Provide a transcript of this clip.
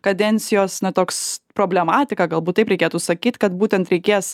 kadencijos na toks problematika galbūt taip reikėtų sakyt kad būtent reikės